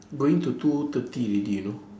going to two thirty already you know